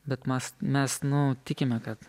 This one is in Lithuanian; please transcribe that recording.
bet mes mes nu tikime kad